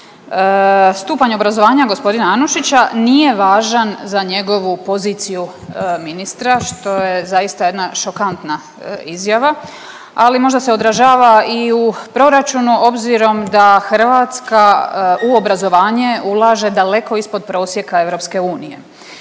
stupanj obrazovanja gospodina Anušića nije važan za njegovu poziciju ministra što je zaista jedna šokantna izjava, ali možda se odražava i u proračunu obzirom da Hrvatska u obrazovanje ulaže daleko ispod prosjeka EU.